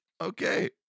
Okay